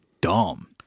dumb